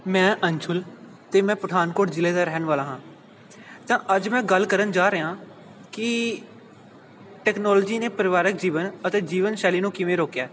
ਮੈਂ ਅੰਸ਼ੁਲ ਅਤੇ ਮੈਂ ਪਠਾਨਕੋਟ ਜ਼ਿਲ੍ਹੇ ਦਾ ਰਹਿਣ ਵਾਲਾ ਹਾਂ ਤਾਂ ਅੱਜ ਮੈਂ ਗੱਲ ਕਰਨ ਜਾ ਰਿਹਾ ਕਿ ਟੈਕਨੋਲੋਜੀ ਨੇ ਪਰਿਵਾਰਿਕ ਜੀਵਨ ਅਤੇ ਜੀਵਨ ਸ਼ੈਲੀ ਨੂੰ ਕਿਵੇਂ ਰੋਕਿਆ